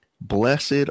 Blessed